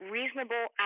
Reasonable